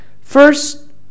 First